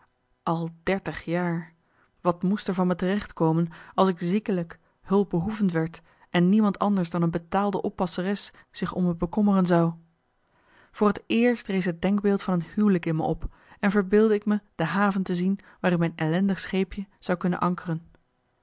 al dertig jaar wat moest er van me terecht komen als ik ziekelijk hulpbehoevend werd en niemand anders dan een betaalde oppasseres zich om me bekommeren zou voor t eerst rees het denkbeeld van een huwelijk in me op en verbeeldde ik me de haven te zien waarin mijn ellendig scheepje zou kunnen ankeren